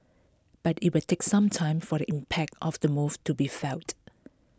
but IT will take some time for the impact of the move to be felt